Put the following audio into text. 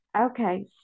Okay